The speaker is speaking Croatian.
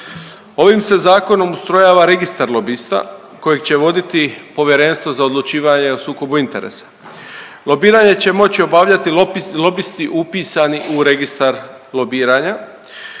Ovim se Zakonom ustrojava registar lobista kojeg će voditi Povjerenstvo za odlučivanje o sukobu interesa. Lobiranje će moći obavljati lobisti upisani u registar lobiranja,